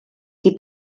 die